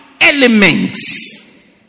elements